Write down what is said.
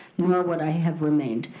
nor would i have remained.